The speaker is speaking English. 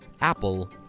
Apple